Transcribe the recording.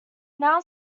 now